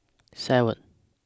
seven